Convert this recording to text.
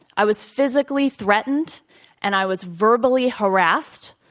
i was physically threatened and i was verbally harassed,